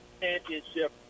championship